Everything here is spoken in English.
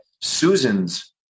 Susan's